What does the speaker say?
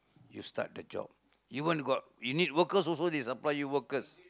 you start the job even got you need workers also they supply you workers